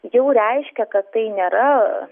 jau reiškia kad tai nėra